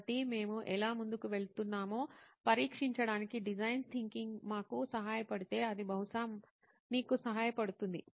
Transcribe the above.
కాబట్టి మేము ఎలా ముందుకు వెళ్తున్నామో సమీక్షించడానికి డిజైన్ థింకింగ్ మాకు సహాయపడితే అది బహుశా మీకు సహాయపడుతుంది